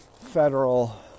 Federal